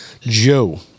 Joe